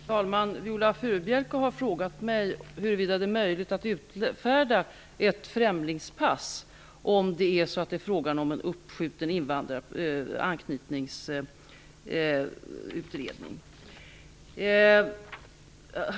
Fru talman! Viola Furubjelke har frågat mig huruvida det är möjligt att utfärda ett främlingspass om det är frågan om en uppskjuten anknytningsutredning.